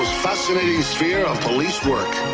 fascinating sphere of police work.